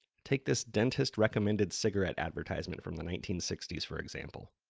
take this dentist-recommended cigarette advertisement from the nineteen sixty s for example.